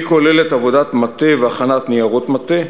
והיא כוללת עבודת מטה והכנת ניירות מטה.